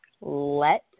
let